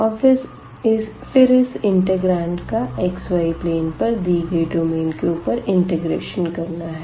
और फिर इस इंटिग्रांड का xy प्लेन पर दी गई डोमेन के ऊपर इंटीग्रेशन करना है